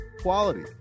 quality